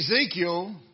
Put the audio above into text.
Ezekiel